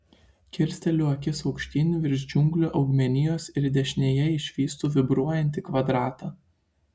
kilsteliu akis aukštyn virš džiunglių augmenijos ir dešinėje išvystu vibruojantį kvadratą